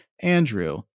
Andrew